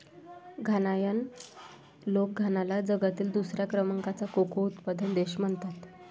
घानायन लोक घानाला जगातील दुसऱ्या क्रमांकाचा कोको उत्पादक देश म्हणतात